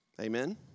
Amen